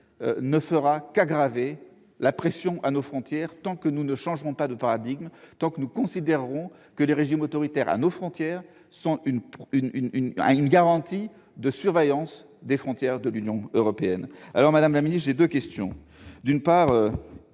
n'ira qu'en s'aggravant tant que nous ne changerons pas de paradigme, tant que nous considérerons que des régimes autoritaires à nos portes sont une garantie de surveillance des frontières de l'Union européenne. Madame la ministre, j'ai deux questions. D'une part,